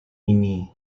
ini